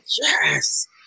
yes